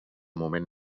moment